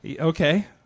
Okay